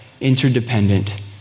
interdependent